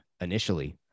initially